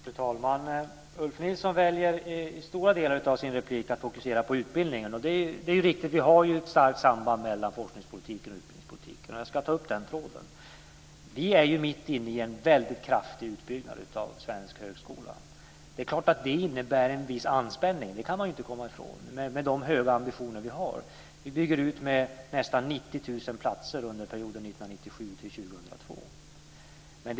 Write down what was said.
Fru talman! Ulf Nilsson väljer i stora delar av sina replik att fokusera på utbildningen. Det är riktigt att det finns ett starkt samband mellan forskningspolitiken och utbildningspolitiken, och jag ska ta upp den tråden. Vi är mitt inne i en väldigt kraftig utbyggnad av svensk högskola. Man kan inte komma ifrån att det innebär en viss anspänning med tanke på de höga ambitioner vi har. Vi bygger ut med nästan 90 000 platser under perioden 1997-2002.